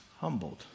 humbled